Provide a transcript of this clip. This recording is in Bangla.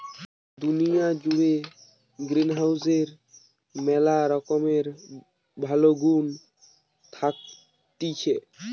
দুনিয়া জুড়ে গ্রিনহাউসের ম্যালা রকমের ভালো গুন্ থাকতিছে